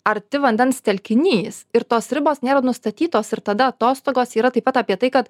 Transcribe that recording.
arti vandens telkinys ir tos ribos nėra nustatytos ir tada atostogos yra taip pat apie tai kad